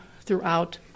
throughout